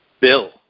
Bill